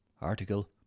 article